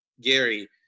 Gary